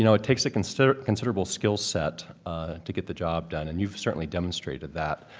you know it takes a considerable considerable skill set to get the job done and you've certainly demonstrated that